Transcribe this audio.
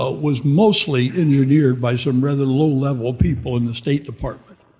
ah was mostly engineered by some rather low level people in the state department,